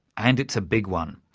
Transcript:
and it's a big one.